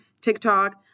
TikTok